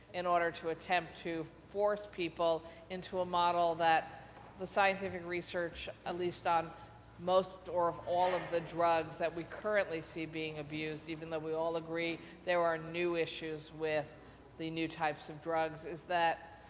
in order to attempt to force people into a model that the scientific research at least on most or all of the drugs that we currently see being abuse even though we all agree there are new issues with the new types of drugs, is that,